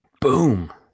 Boom